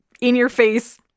in-your-face